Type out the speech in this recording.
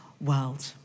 world